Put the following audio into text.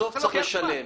בסוף צריך לשלם.